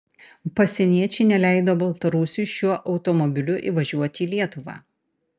pasieniečiai neleido baltarusiui šiuo automobiliu įvažiuoti į lietuvą